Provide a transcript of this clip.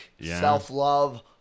self-love